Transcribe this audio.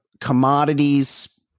commodities